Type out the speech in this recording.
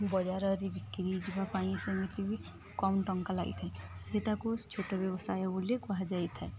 ବଜାରରେ ବିକ୍ରି ଯିବା ପାଇଁ ସେମିତି ବି କମ୍ ଟଙ୍କା ଲାଗିଥାଏ ସେ ତାକୁ ଛୋଟ ବ୍ୟବସାୟ ବୋଲି କୁହାଯାଇଥାଏ